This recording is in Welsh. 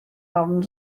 ofn